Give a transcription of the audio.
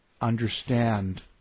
understand